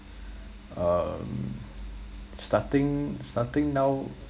um starting starting now